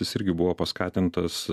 jis irgi buvo paskatintas